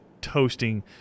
toasting